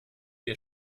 wir